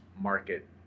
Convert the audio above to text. market